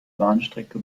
bahnstrecke